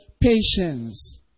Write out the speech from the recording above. patience